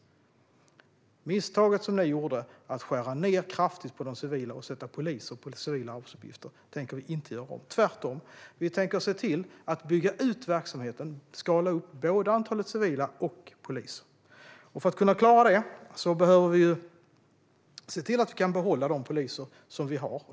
Det misstag som ni gjorde, att skära ned kraftigt på de civila och sätta poliser på civila arbetsuppgifter, tänker vi inte göra om - tvärtom. Vi tänker se till att bygga ut verksamheten och skala upp både antalet civila och antalet poliser. För att vi ska kunna klara det behöver vi se till att vi kan behålla de poliser som vi har.